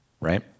right